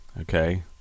Okay